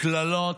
קללות,